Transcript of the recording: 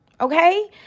Okay